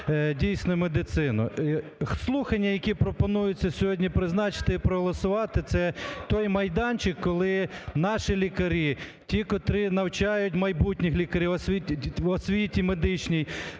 дійсно, медицину. Слухання, які пропонується сьогодні призначити і проголосувати, - це той майданчик, коли наші лікарі, ті, котрі навчають майбутніх лікарів, в освіті медичній,